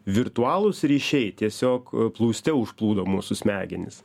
virtualūs ryšiai tiesiog plūste užplūdo mūsų smegenis